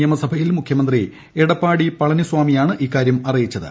നിയമസഭയിൽ മുഖ്യമന്ത്രി എടപ്പാടി പളനിസാമിയാണ് ഇക്കാര്യം അറിയിച്ചത്